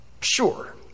sure